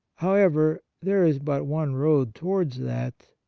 how ever, there is but one road towards that,